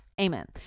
Amen